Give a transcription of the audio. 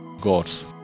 God's